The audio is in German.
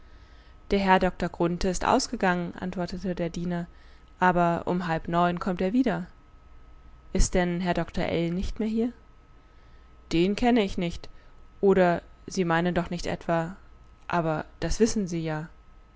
der herr doktor grunthe ist ausgegangen antwortete der diener aber um halb neun kommt er wieder ist denn herr dr ell nicht mehr hier den kenne ich nicht oder sie meinen doch nicht etwa aber das wissen sie ja